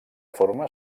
forma